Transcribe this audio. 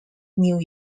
new